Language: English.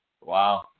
Wow